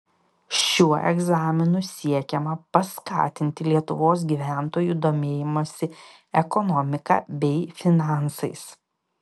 šiuo egzaminu siekiama paskatinti lietuvos gyventojų domėjimąsi ekonomika bei finansais